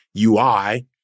UI